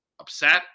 upset